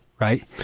right